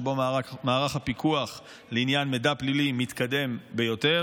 שבו מערך הפיקוח לעניין מידע פלילי מתקדם ביותר.